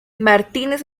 martínez